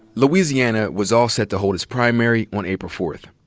louisiana was all set to hold its primary on april fourth.